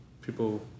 people